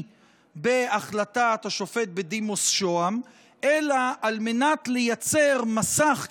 בהחלטת השופט בדימוס שהם אלא על מנת לייצר מסך,